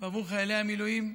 ועבור חיילי המילואים,